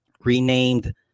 renamed